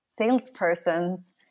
salespersons